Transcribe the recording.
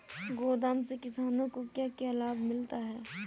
गोदाम से किसानों को क्या क्या लाभ मिलता है?